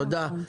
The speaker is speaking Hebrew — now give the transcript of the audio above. קודם כל,